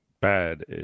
bad